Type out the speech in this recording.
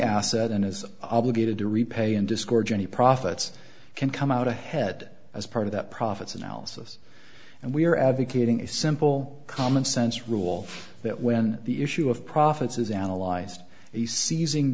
asset and as obligated to repay and discords any profits can come out ahead as part of that profits analysis and we are advocating a simple common sense rule that when the issue of profits is analyzed the seizing